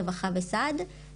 רווחה וסעד.